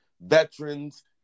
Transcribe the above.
veterans